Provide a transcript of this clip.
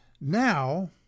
Now